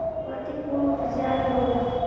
माटी कौन उपजाऊ होला?